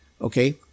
okay